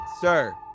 Sir